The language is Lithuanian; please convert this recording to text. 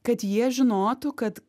kad jie žinotų kad